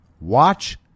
Watch